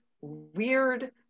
weird